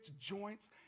joints